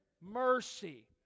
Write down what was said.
Mercy